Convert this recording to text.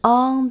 on